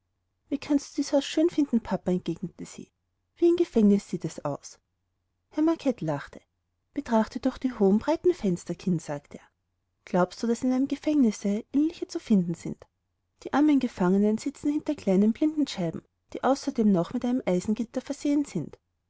wie kannst du dies haus schön finden papa entgegnete sie wie ein gefängnis sieht es aus herr macket lachte betrachte doch die hohen breiten fenster kind sagte er glaubst du daß in einem gefängnisse ähnliche zu finden sind die armen gefangenen sitzen hinter kleinen blinden scheiben die außerdem noch mit einem eisengitter versehen sind